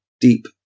deep